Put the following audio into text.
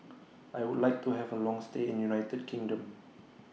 I Would like to Have A Long stay in United Kingdom